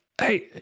Hey